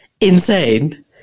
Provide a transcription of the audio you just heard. insane